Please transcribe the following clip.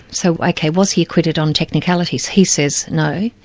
so ok, was he acquitted on technicalities? he says no.